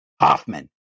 Hoffman